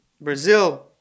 Brazil